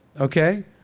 Okay